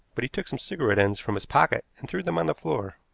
but he took some cigarette-ends from his pocket and threw them on the floor.